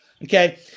Okay